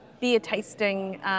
beer-tasting